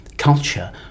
culture